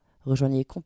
rejoignez